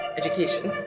education